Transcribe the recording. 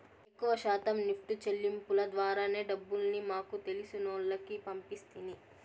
ఎక్కవ శాతం నెప్టు సెల్లింపుల ద్వారానే డబ్బుల్ని మాకు తెలిసినోల్లకి పంపిస్తిని